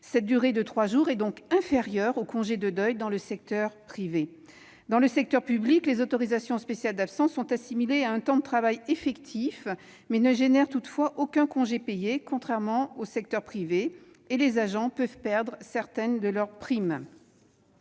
Cette durée de trois jours est donc inférieure au congé de deuil dans le secteur privé. Dans le secteur public, les autorisations spéciales d'absence sont assimilées à un temps de travail effectif mais ne produisent aucun droit à congé payé, contrairement à ce qu'il se passe dans le secteur privé ; en outre, les agents peuvent perdre certaines de leurs primes.